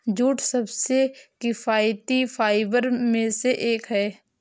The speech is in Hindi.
जूट सबसे किफायती फाइबर में से एक है